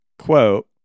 Quote